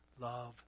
love